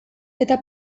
eta